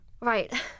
right